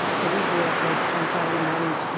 so we grew up, like on saturday mornings,